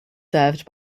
served